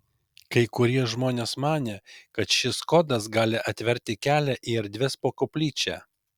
kai kurie žmonės manė kad šis kodas gali atverti kelią į erdves po koplyčia